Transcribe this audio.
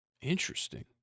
Interesting